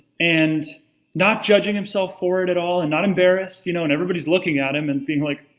and not judging himself for it at all, and not embarrassed, you know and everybody's looking at him and being like,